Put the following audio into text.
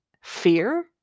Fear